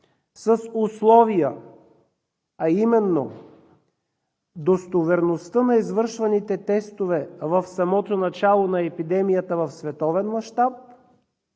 с условия, а именно достоверността на извършваните тестове в самото начало на епидемията в световен мащаб